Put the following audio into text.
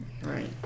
Right